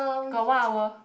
got one hour